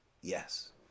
Yes